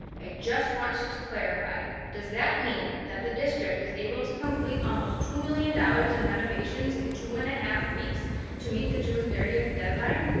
i just want to clarify, does that mean that the district is able to complete almost two million dollars in renovations in two and a half weeks to meet the june thirtieth deadline?